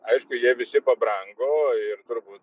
aišku jie visi pabrango ir turbūt